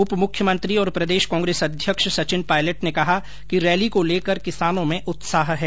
उप मुख्यमंत्री और प्रदेश कांग्रेस अध्यक्ष सचिन पायलट ने कहा कि रैली को लेकर किसानों में उत्साह है